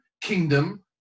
kingdom